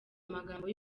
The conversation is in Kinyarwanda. amagambo